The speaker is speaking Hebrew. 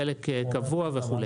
חלק קבוע וכולי.